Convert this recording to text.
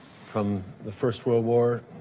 from the first world war.